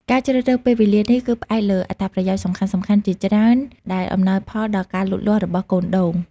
ការជ្រើសរើសពេលវេលានេះ គឺផ្អែកលើអត្ថប្រយោជន៍សំខាន់ៗជាច្រើនដែលអំណោយផលដល់ការលូតលាស់របស់កូនដូង។